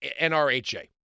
NRHA